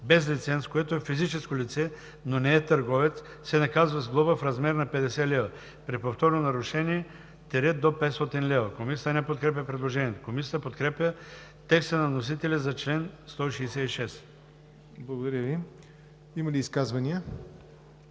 без лиценз, което е физическо лице но не е търговец, се наказва с глоба в размер на 50 лева. При повторно нарушение – до 500 лева.“ Комисията не подкрепя предложението. Комисията подкрепя текста на вносителя за чл. 166. ПРЕДСЕДАТЕЛ ЯВОР НОТЕВ: Има ли изказвания?